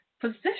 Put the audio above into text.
position